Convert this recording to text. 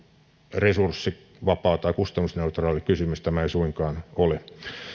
resurssivapaa tai kustannusneutraali kysymys tämä ei suinkaan ole